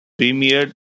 premiered